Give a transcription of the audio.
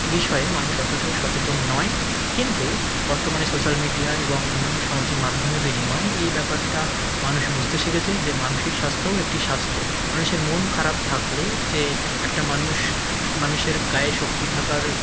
বিষয়ে মানুষ অতটাও সচেতন নয় কিন্তু বর্তমানে সোশ্যাল মিডিয়ায় এবং অন্য অন্য সামাজিক মাধ্যমের বিনিময় এই ব্যাপারটা মানুষ বুঝতে শিখেছে যে মানুষের স্বাস্থ্যও একটি স্বাস্থ্য মানুষের মন খারাপ থাকলে যে একটা মানুষ সে মানুষের গায়ে শক্তি থাকার